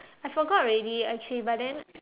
I forgot already actually but then